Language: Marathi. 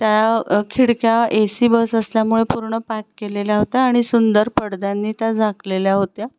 त्या खिडक्या ए सी बस असल्यामुळे पूर्ण पॅक केलेल्या होत्या आणि सुंदर पडद्याने त्या झाकलेल्या होत्या